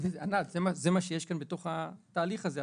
ענת, זה מה שיש כאן בתהליך הזה.